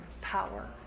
power